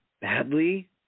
badly